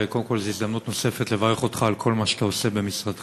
קודם כול זאת הזדמנות נוספת לברך אותך על כל מה שאתה עושה במשרדך.